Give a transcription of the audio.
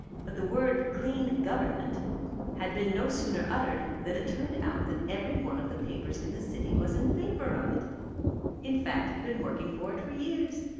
but the word clean government had been no sooner uttered than it turned out that every one of the papers in the city was in favour of it in fact had been working for it for years.